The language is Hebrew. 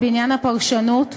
חוק הפרשנות (תיקון,